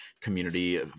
community